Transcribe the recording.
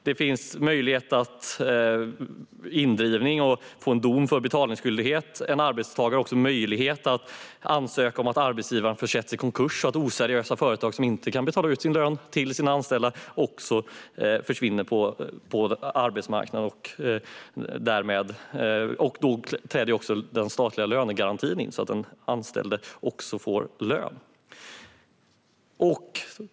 Det finns möjlighet till indrivning och att få en dom för betalningsskyldighet. En arbetstagare har också möjlighet att ansöka om att arbetsgivaren ska försättas i konkurs så att oseriösa företag som inte kan betala ut lön till sina anställda försvinner från arbetsmarknaden. Då träder också den statliga lönegarantin in så att den anställde får lön.